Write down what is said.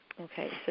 Okay